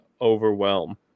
overwhelm